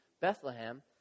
Bethlehem